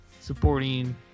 supporting